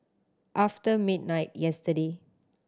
after midnight yesterday